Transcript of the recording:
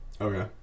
Okay